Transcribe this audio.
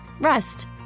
Rest